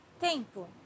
Tempo